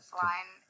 line